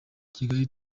kigali